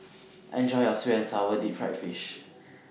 Enjoy your Sweet and Sour Deep Fried Fish